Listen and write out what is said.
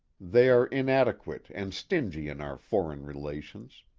they are inadequate and stingy in our foreign relations.